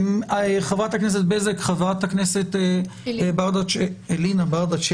חברת הכנסת בזק, חברת אלינה ברדץ'